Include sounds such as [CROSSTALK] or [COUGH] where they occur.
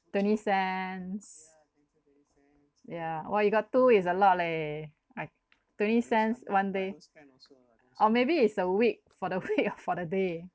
twenty cents yeah !wah! you got two is a lot leh like twenty cents one day or maybe it's a week for the week [LAUGHS] or for the day